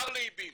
100 מחר לאיבים.